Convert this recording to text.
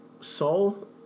soul